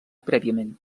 prèviament